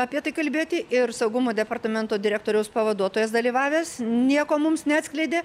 apie tai kalbėti ir saugumo departamento direktoriaus pavaduotojas dalyvavęs nieko mums neatskleidė